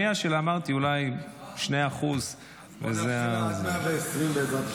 הראייה שלה היא אולי 2%. בוא ונאחל לה עד 120 בעזרת השם.